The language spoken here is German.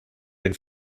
den